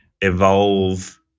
evolve